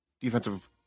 defensive